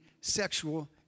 sexual